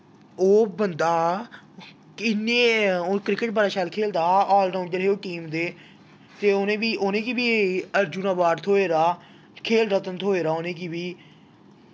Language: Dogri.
ओह् बंदा इन्ने क्रिकेट बड़ा शैल खेलदा हा ऑल राउंडर हे ओह् टीम दे ते उ'नें बी उ'नें गी बी अर्जुन अवार्ड़ थ्होए दा खेल रतन थ्होए दा उ'नें गी